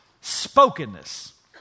spokenness